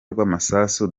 rw’amasasu